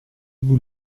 vous